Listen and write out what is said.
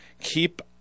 keep